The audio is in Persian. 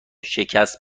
شکست